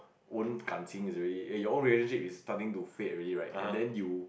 own 感情: gan qing is already eh your own relationship is starting to fade already right and then you